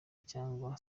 cyangwa